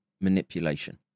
manipulation